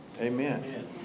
amen